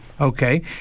Okay